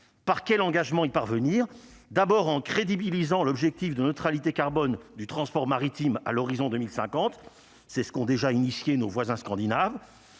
par quels engagements y parvenir : d'abord en crédibilisant l'objectif de neutralité carbone du transport maritime à l'horizon 2050 c'est ce qu'ont déjà initié nos voisins scandinaves